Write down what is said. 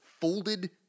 folded